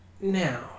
now